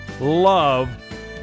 love